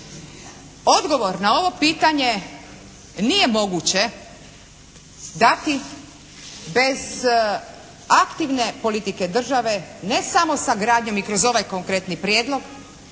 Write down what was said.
Odgovor na ovo pitanje nije moguće dati bez aktivne politike države, ne samo sa gradnjom i kroz ovaj konkretni prijedlog